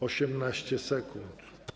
18 sekund.